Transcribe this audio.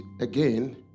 again